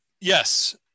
yes